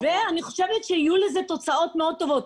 אני חושבת שיהיו לזה תוצאות מאוד טובות.